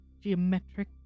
Geometric